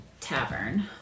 tavern